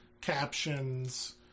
captions